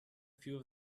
few